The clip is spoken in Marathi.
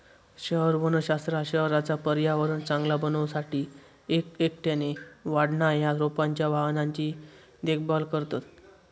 शहर वनशास्त्रात शहराचा पर्यावरण चांगला बनवू साठी एक एकट्याने वाढणा या रोपांच्या वाहनांची देखभाल करतत